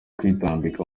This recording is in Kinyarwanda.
kwitambika